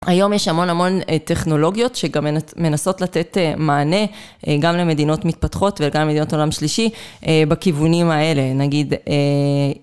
היום יש המון המון טכנולוגיות שגם מנסות לתת מענה גם למדינות מתפתחות וגם למדינות עולם שלישי בכיוונים האלה, נגיד...